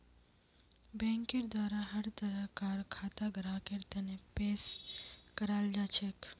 बैंकेर द्वारा हर तरह कार खाता ग्राहकेर तने पेश कराल जाछेक